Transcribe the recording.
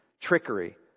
trickery